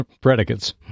predicates